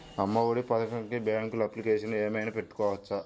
అమ్మ ఒడి పథకంకి బ్యాంకులో అప్లికేషన్ ఏమైనా పెట్టుకోవచ్చా?